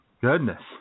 Goodness